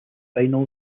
vinyl